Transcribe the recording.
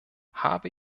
habe